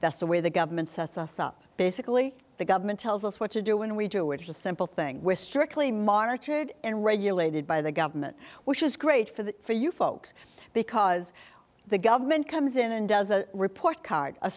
that's the way the government sets us up basically the government tells us what to do when we do it with a simple thing we're strictly monitored and regulated by the government which is great for that for you folks because the government comes in and does a report card a